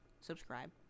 Subscribe